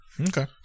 Okay